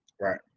Right